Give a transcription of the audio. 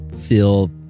feel